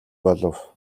болов